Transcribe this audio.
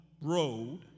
road